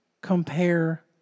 compare